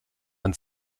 ein